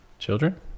children